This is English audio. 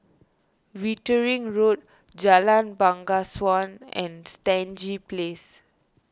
Wittering Road Jalan Bangsawan and Stangee Place